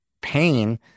pain